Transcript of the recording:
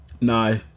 No